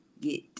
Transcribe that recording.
get